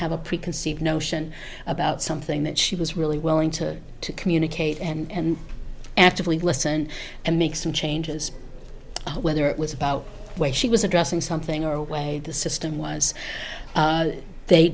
have a preconceived notion about something that she was really willing to communicate and actively listen and make some changes whether it was about where she was addressing something or way the system was they